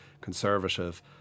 conservative